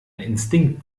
instinkt